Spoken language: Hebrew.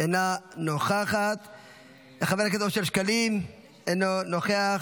אינה נוכחת; חבר הכנסת אושר שקלים, אינו נוכח.